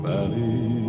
Valley